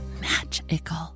magical